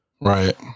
Right